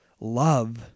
love